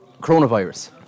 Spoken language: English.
coronavirus